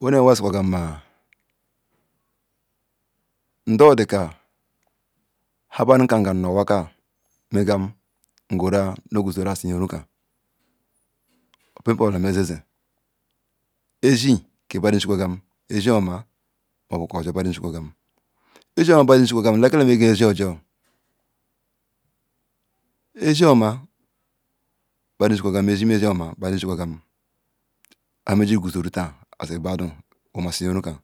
Wene wa siquagan ndan ha nda badon ka nu ganu ngural nu guzoru asye run ka pen po bola mezen zen eshin ke nde badon shin kwagan eshin kedebodu shinkwagan bu ashioma han meji quzoru as badan bu massi rorun kan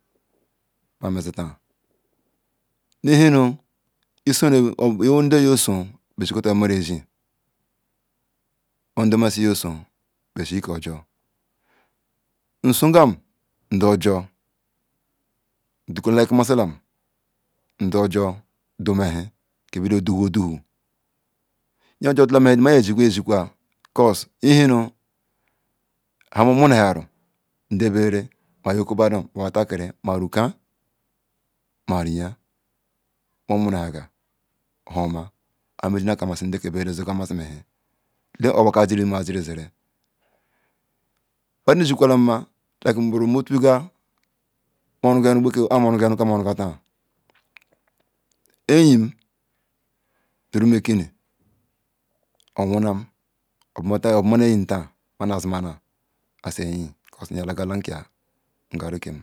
nu hin ni isom owerun nde iya so be shin kwatal omomaral eshin ko ojor nsogam nde ojor mike kamassiha ke nu dowhom odowho ndo jerdo massilam yin jor dolama han ma yin jor dolama han ma yeshi qua ba ihi nu nhan mo wona haggi nde bena ma ronka ma riyin ma okobadon ma wata kiri momona hagal oha mege naka massin nde bera simassi nu hen badon shiqualan like ki bro moronga ron bake ka moronga iyin nu pu mekini owonam oboma iyin tan because yala garulam ke me yin ga ra kem.